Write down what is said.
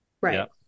right